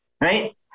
right